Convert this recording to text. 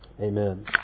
Amen